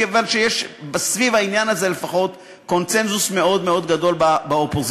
כיוון שיש סביב העניין הזה לפחות קונסנזוס מאוד מאוד גדול באופוזיציה: